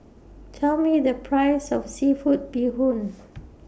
Tell Me The Price of Seafood Bee Hoon